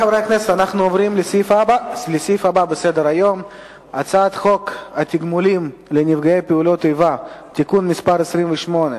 אנו עוברים להצעת חוק התגמולים לנפגעי פעולות איבה (תיקון מס' 28),